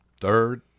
third